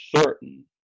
certain